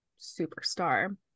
superstar